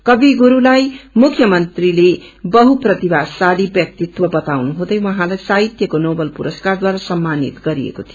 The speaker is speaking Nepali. कवि गुरू लाई मुख्य मंत्रीले बढु प्रतिभाशली व्यक्तित्व वताउनुहँदै उहाँसाई साहित्यक्रो नोवेल पुरस्कारद्वार सम्मानित गरिएको थियो